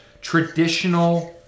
traditional –